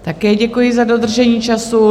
Také děkuji, za dodržení času.